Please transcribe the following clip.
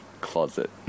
closet